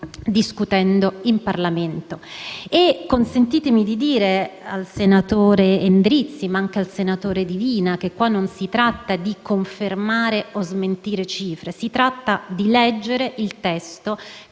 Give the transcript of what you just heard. discutendo in Parlamento. Consentitemi di dire al senatore Endrizzi e al senatore Divina che qui non si tratta di confermare o smentire cifre: si tratta di leggere il testo